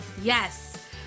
Yes